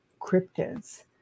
cryptids